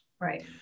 right